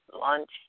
lunch